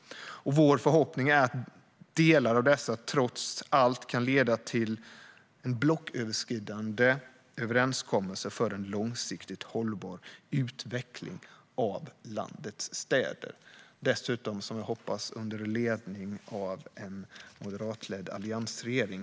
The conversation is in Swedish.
Vår förhoppning är att delar av dessa trots allt kan leda till en blocköverskridande överenskommelse för en långsiktigt hållbar utveckling av landets städer, dessutom, som jag hoppas, under ledning av en moderatledd alliansregering.